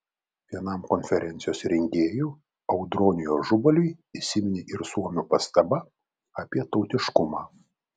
vienam konferencijos rengėjų audroniui ažubaliui įsiminė ir suomių pastaba apie tautiškumą